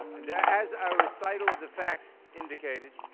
and as a recital of the facts indicated,